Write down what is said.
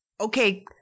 okay